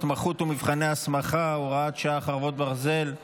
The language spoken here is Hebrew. רישום פלילי